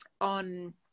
on